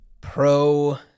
pro